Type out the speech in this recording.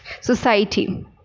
society